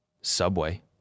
subway